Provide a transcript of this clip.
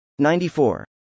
94